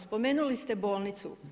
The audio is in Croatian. Spomenuli ste bolnicu.